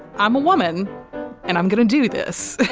i'm a woman and i'm gonna do this.